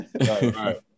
right